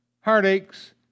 heartaches